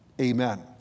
Amen